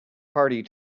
party